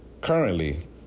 currently